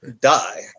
die